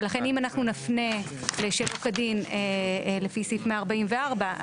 ולכן אם אנחנו נפנה לכאלה שלא כדין לפי סעיף 144,